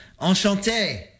Enchanté